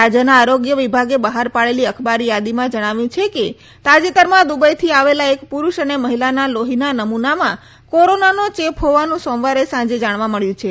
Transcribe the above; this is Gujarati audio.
રાજ્યના આરોગ્ય વિભાગે બહાર પાડેલી અખબારી યાદીમાં જણાવ્યું છે કે તાજેતરમાં દુબઈથી આવેલા એક પુરુષ અને મહિલાના લોહીના નમૂનામાં કોરોનાનો ચેપ હોવાનું સોમવારે સાંજે જાણવા મળ્યું છે